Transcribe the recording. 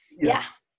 Yes